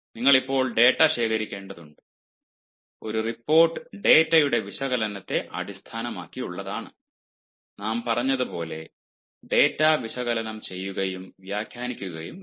നിങ്ങൾ ഇപ്പോൾ ഡാറ്റ ശേഖരിക്കേണ്ടതുണ്ട് ഒരു റിപ്പോർട്ട് ഡാറ്റയുടെ വിശകലനത്തെ അടിസ്ഥാനമാക്കിയുള്ളതാണെന്ന് നാം പറഞ്ഞതുപോലെ ഡാറ്റ വിശകലനം ചെയ്യുകയും വ്യാഖ്യാനിക്കുകയും വേണം